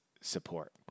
support